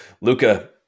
Luca